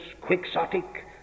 quixotic